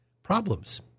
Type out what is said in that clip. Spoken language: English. problems